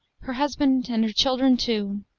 her husband and her children too,